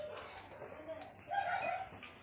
ಬಂಗಾರದ ಮ್ಯಾಲೆ ಸಾಲ ತಗೊಳಾಕ ಯಾವ್ ಫೈನಾನ್ಸ್ ಕಂಪನಿ ಛೊಲೊ ಐತ್ರಿ?